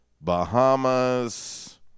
Bahamas